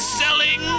selling